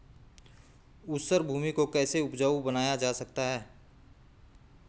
ऊसर भूमि को कैसे उपजाऊ बनाया जा सकता है?